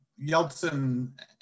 Yeltsin